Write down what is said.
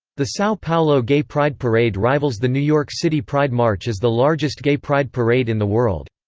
the sao paulo gay pride parade rivals the new york city pride march as the largest gay pride parade in the world.